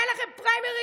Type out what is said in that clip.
אין לכם פריימריז,